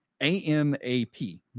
AMAP